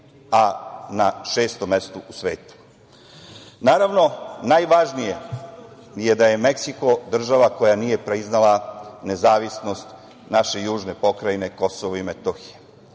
a na šestom mestu u svetu. Naravno, najvažnije je da je Meksiko država koja nije priznala nezavisnost naše južne pokrajine Kosovo i Metohija.